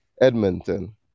Edmonton